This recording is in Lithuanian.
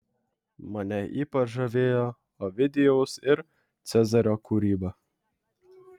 mane ypač žavėjo ovidijaus ir cezario kūryba